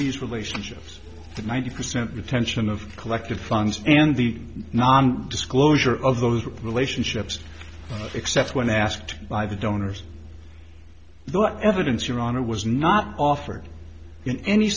these relationships the ninety percent retention of collected funds and the non disclosure of those relationships except when asked by the donors the evidence your honor was not offered in any